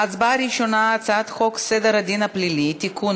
ההצבעה הראשונה: הצעת חוק סדר הדין הפלילי (תיקון,